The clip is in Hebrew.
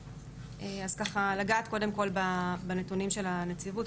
לגעת קודם כל בנתונים של הנציבות,